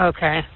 Okay